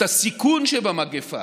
את הסיכון שבמגפה,